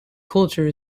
culture